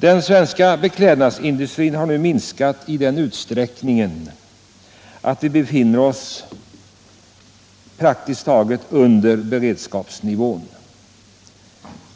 Den svenska beklädnadsindustrin har nu minskat i en sådan utsträckning att den praktiskt taget befinner sig under beredskapsnivån.